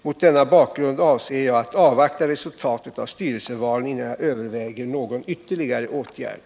Mot denna bakgrund avser jag att avvakta resultatet av styrelsevalen innan jag överväger någon ytterligare åtgärd.